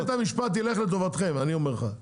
אני אומר לך,